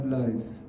life